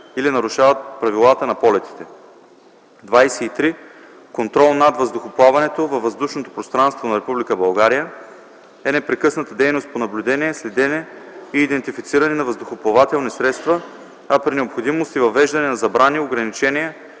или нарушават правилата на полетите. 23. „Контрол над въздухоплаването във въздушното пространство на Република България” е непрекъсната дейност по наблюдение, следене и идентифициране на въздухоплавателни средства, а при необходимост – и въвеждане на забрани, ограничения